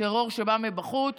טרור שבא מבחוץ,